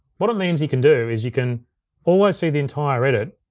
what it means you can do is you can always see the entire edit,